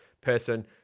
person